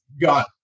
got